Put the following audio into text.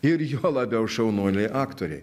ir juo labiau šaunuoliai aktoriai